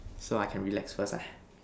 so I can relax first ah